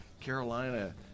Carolina